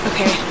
Okay